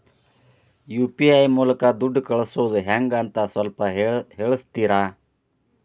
UPI ಮೂಲಕ ದುಡ್ಡು ಕಳಿಸೋದ ಹೆಂಗ್ ಅಂತ ಸ್ವಲ್ಪ ತಿಳಿಸ್ತೇರ?